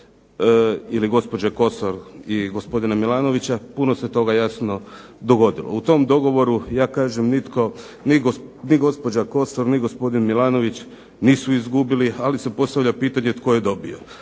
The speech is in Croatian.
ili gospođe Kosor i gospodina Milanovića puno se toga jasno dogodilo. U tom dogovoru ja kažem nitko ni gospođa Kosor, ni gospodin Milanović nisu izgubili, ali se postavlja pitanje tko je dobio.